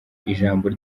ijambo